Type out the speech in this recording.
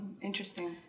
Interesting